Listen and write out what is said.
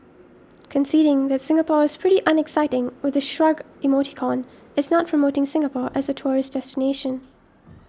conceding that Singapore is pretty unexciting with the shrug emoticon is not promoting Singapore as a tourist destination